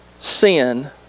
Sin